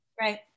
Right